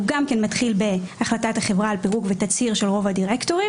הוא גם כן מתחיל בהחלטת החברה על פירוק ותצהיר של רוב הדירקטורים,